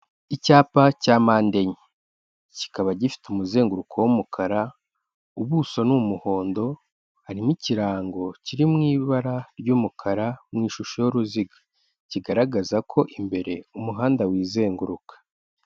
Icyapa cya mpande enye, kikaba gifite umuzenguruko w'umukara, ubuso ni umuhondo, harimo ikirango kiri mu ibara ry'umukara mu ishusho y'uruziga, kigaragaza ko imbere umuhanda wizenguruka.